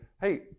hey